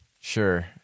Sure